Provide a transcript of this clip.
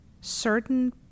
Certain